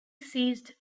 ceased